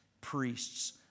priests